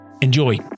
Enjoy